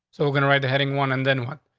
so we're gonna write the heading one, and then what?